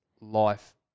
life